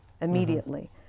immediately